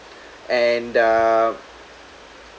and uh